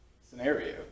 scenario